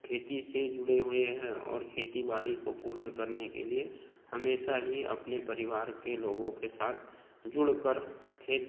खेती से जुड़े हुए है और खेती बाड़ी को पूर्ण करने के लिए हमेशा ही अपने परिवार के लोगों के साथ जुड़ कर खे